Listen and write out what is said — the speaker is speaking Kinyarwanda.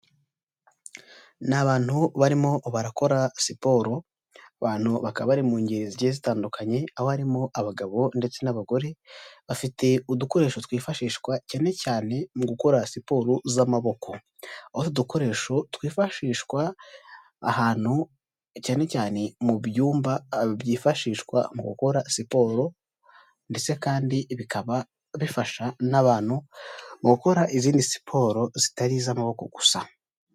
Ni abantu barimo barakora siporo, abantu bakaba bari mu ngeri zigiye zitandukanye aho harimo abagabo ndetse n'abagore, bafite udukoresho twifashishwa cyane cyane mu gukora siporo z'amaboko aho utwo dukoresho twifashishwa ahantu cyane cyane mu byumba byifashishwa mu gukora siporo ndetse kandi bikaba bifasha n'abantu gukora izindi siporo zitari iz'amaboko gusa.